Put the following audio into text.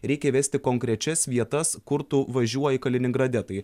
reikia įvesti konkrečias vietas kur tu važiuoji kaliningrade tai